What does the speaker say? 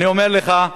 אני אומר לך,